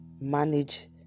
manage